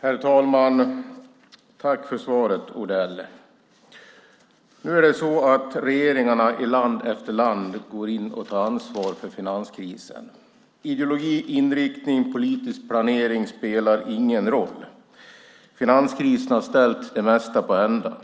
Herr talman! Tack för svaret, Odell. Regeringarna i land efter land går nu in och tar ansvar för finanskrisen. Ideologi, inriktning och politisk planering spelar ingen roll. Finanskrisen har ställt det mesta på ända.